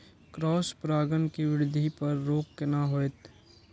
Cross परागण के वृद्धि पर रोक केना होयत?